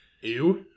Ew